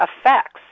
effects